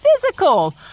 physical